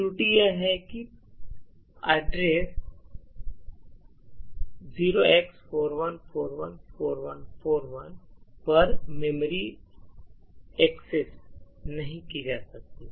त्रुटि यह है कि पता 0x41414141 पर मेमोरी एक्सेस नहीं की जा सकती